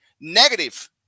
negative